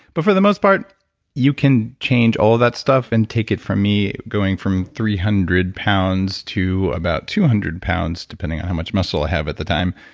but for the most part you can change all that stuff and, take it from me going from three hundred pounds to about two hundred pounds depending on how much muscle i have at the time,